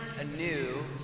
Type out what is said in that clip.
anew